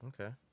okay